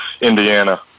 Indiana